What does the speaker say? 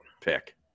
pick